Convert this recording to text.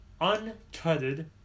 uncutted